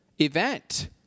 event